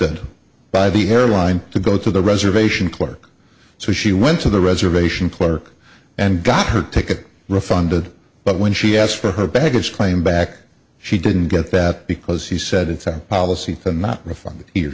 d by the airline to go to the reservation clerk so she went to the reservation clerk and got her ticket refunded but when she asked for her baggage claim back she didn't get that because he said it's our policy to not refund